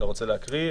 גור, אתה רוצה להקריא?